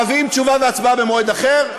מביאים תשובה והצבעה במועד אחר,